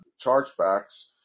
Chargebacks